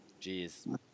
Jeez